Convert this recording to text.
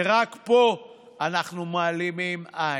ורק פה אנחנו מעלימים עין.